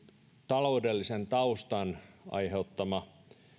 taloudellisen taustan aiheuttama